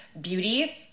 beauty